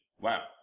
Wow